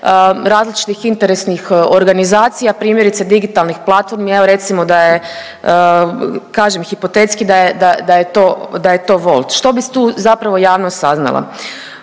različitih interesnih organizacija, primjerice digitalnih platformi, evo recimo da je kažem hipotetski da je, da je to, da je to Wolt. Što bi tu zapravo javnost saznala?